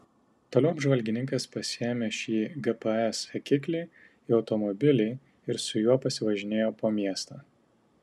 toliau apžvalgininkas pasiėmė šį gps sekiklį į automobilį ir su juo pasivažinėjo po miestą